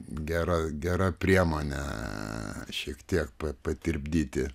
gera gera priemonė šiek tiek patirpdyti